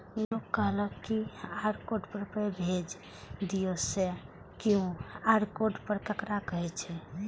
लोग कहलक QR code पर पाय भेज दियौ से क्यू.आर कोड ककरा कहै छै?